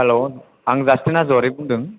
hello आं Justin हाज'वारि बुंदों